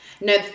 no